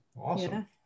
Awesome